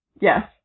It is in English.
Yes